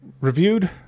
reviewed